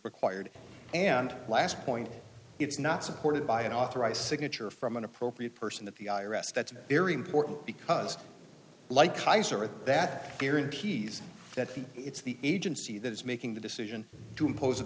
required and last point it's not supported by an authorized signature from an appropriate person that the i r s that's very important because like kaiser at that period keys that it's the agency that is making the decision to impose a